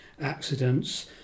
accidents